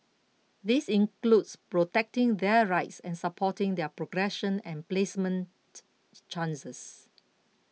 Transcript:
this includes protecting their rights and supporting their progression and placement chances